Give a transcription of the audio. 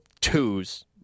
twos